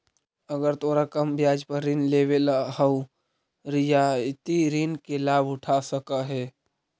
अगर तोरा कम ब्याज पर ऋण लेवेला हउ त रियायती ऋण के लाभ उठा सकऽ हें